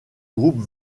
groupe